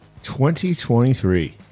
2023